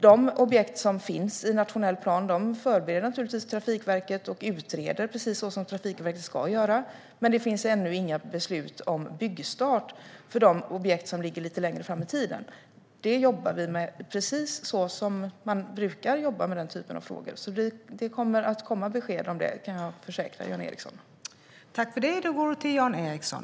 De objekt som finns i nationell plan förbereder Trafikverket och utreder precis så som Trafikverket ska göra, men det finns ännu inte beslut om byggstart för de objekt som ligger lite längre fram i tiden. Det jobbar vi med precis så som man brukar jobba med den typen av frågor, så det kommer att komma besked om det. Det kan jag försäkra Jan Ericson.